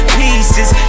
pieces